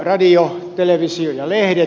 radio televisio ja lehdet